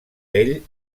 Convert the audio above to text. ell